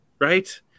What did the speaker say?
right